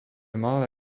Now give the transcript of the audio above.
malé